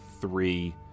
three